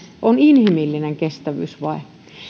on inhimillinen kestävyysvaje